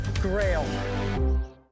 Grail